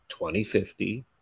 2050